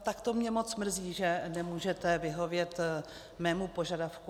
Tak to mě moc mrzí, že nemůžete vyhovět mému požadavku.